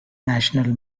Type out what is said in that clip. national